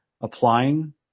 applying